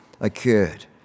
occurred